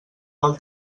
val